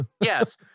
yes